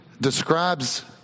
describes